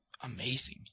Amazing